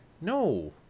no